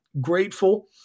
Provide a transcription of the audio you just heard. grateful